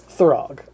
Throg